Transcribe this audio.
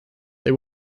they